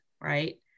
right